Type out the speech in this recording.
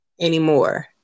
anymore